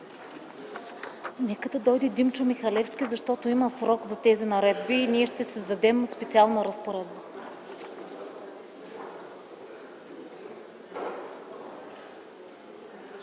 Нека да дойде Димчо Михалевски, защото има срок за тези наредби и ние ще създадем специална разпоредба.